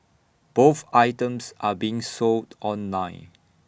both items are being sold online